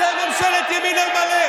אבל אתם הצבעתם נגד אז.